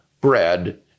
bread